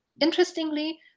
interestingly